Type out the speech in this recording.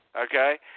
okay